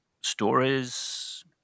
stories